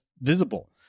visible